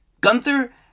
Gunther